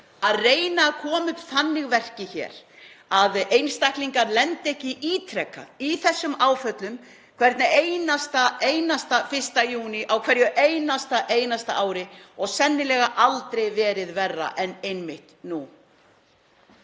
að reyna að koma upp þannig regluverki hér að einstaklingar lendi ekki ítrekað í þessum áföllum hvern einasta 1. júní á hverju einasta ári og sennilega aldrei verið verra en einmitt nú.